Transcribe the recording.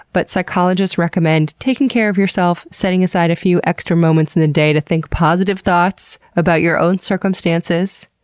but psychologists recommend taking care of yourself, setting aside a few extra moments in the day to think positive thoughts about your own circumstances.